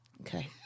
Okay